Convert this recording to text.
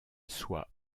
soit